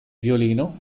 violino